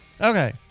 Okay